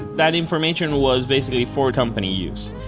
that information was basically for company use.